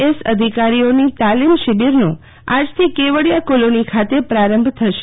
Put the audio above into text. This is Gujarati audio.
એસ અધિકારીઓની તાલીમ શિબિરનો આજથી કેવડીયા કોલોની ખાતે પ્રારંભ થશે